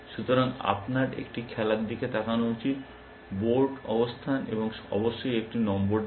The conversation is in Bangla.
সুতরাং আপনার একটি খেলার দিকে তাকান উচিত বোর্ড অবস্থান এবং অবশ্যই একটি নম্বর দিন